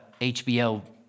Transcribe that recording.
HBO